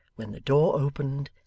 when the door opened,